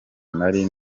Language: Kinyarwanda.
nari